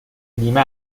بیمه